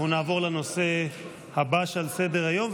אנחנו נעבור לנושא הבא שעל סדר-היום,